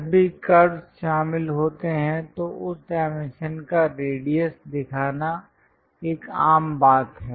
जब भी कर्वस् शामिल होते हैं तो उस डायमेंशन का रेडियस दिखाना एक आम बात है